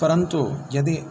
परन्तु यदि